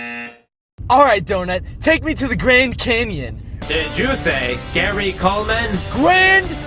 all right, doughnut. take me to the grand canyon. did you say gary coleman? grand.